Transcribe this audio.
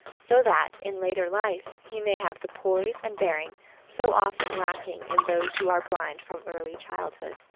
so that, in later life, he may have the poise and bearing so often lacking in those who are blind from early childhood.